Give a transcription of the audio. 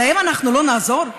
להם אנחנו לא נעזור?